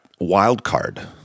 Wildcard